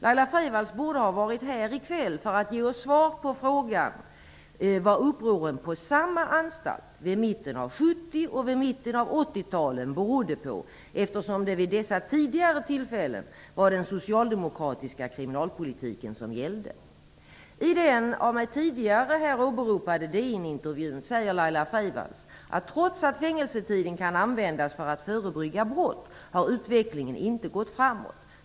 Laila Freivalds borde ha varit här i kväll för att ge oss svar på frågan vad upproren på samma anstalt vid mitten av 1970 och 80-talen berodde på, eftersom det vid dessa tidigare tillfällen var den socialdemokratiska kriminalpolitiken som gällde. I den av mig tidigare åberopade DN-intervjuen säger Laila Freivalds att trots att fängelsetiden kan användas för att förebygga brott har utvecklingen inte gått framåt.